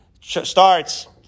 starts